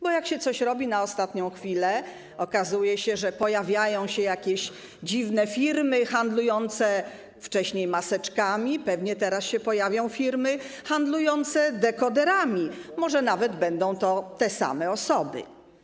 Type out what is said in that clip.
Bo jak się coś robi na ostatnią chwilę, okazuje się, że pojawiają się jakieś dziwne firmy handlujące wcześniej maseczkami, pewnie teraz się pojawią firmy handlujące dekoderami, może nawet będą to te same osoby.